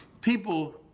People